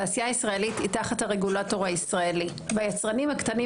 התעשייה הישראלית היא תחת הרגולטור הישראלי והיצרנים הקטנים